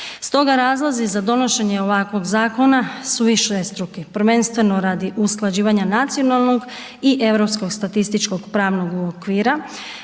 Stoga razlozi za donošenje ovakvog zakona su višestruki, prvenstveno radi usklađivanja nacionalnog i europskog statističkog pravnog okvira,